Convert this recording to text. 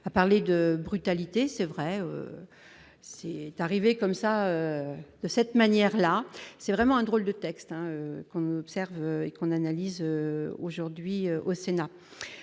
a parlé de brutalité, c'est vrai, c'est arrivé comme ça, de cette manière-là, c'est vraiment un drôle de texte compte observe qu'on analyse aujourd'hui au Sénat,